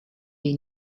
les